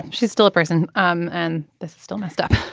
she's still a person um and this still messed up